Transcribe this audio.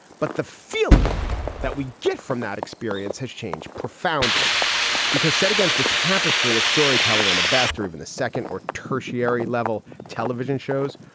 but the feeling that we get from that experience has changed profoundly because set against the tapestry of storytelling on the best or even the second or tertiary level television shows,